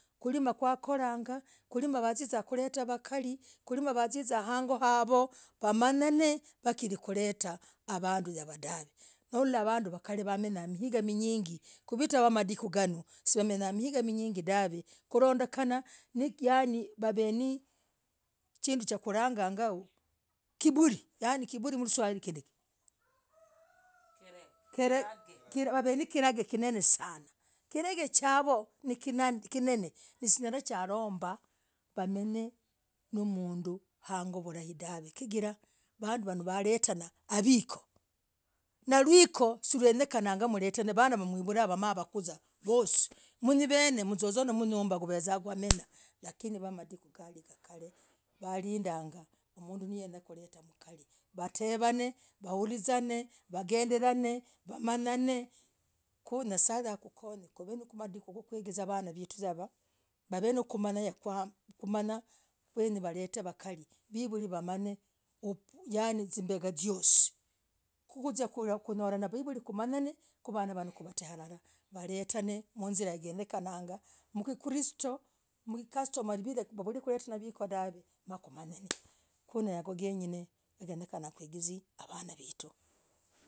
Kulimoo kwakulangah, kulimoo kuletavakalii. Kumookutah. hangooavo wamanyane. vakirii kurata, havanduu yavoodav nakulah, vanduu wale wamenya migaa minyingi, kuvita wadiku vanooh, somenya mihinga minyingi dahv kurondekanah, nikiyani waveni na kinduu kulanganga, kiburi yani, kiburi mruswahili ngindikii. wav na kirag kinene sanah, kirag chavoo nikinene sinyalah. Chalombaah! Wamenye ne mnduu hangoo havoo dahv chigirah waletanah havikoo, ne vikoo, sunyakananga, dahv vana mwamwivura, wakuza vosii, chigirah, walinda mduu neeyenya kuleta mkarii. wahuzan wavanee. wamayan lakini wamadiku nganooh, kuu. kusal nye'sa hakukonye, kuvenamadiku yakuingiza vanaa vetu. havaa, yakumanya yanii vivuli wamanyane zoosii chigirah vivurii. Kumanyan vikoo vihosii yani vana hovoo kwat kuizira, yakunyekanah, mkukrito, wavurakuletana vikoo dahvee. naukumanye n ku, hagoo yeng'ine kuigize vavah vetu.